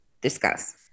Discuss